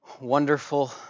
wonderful